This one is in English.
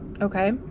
okay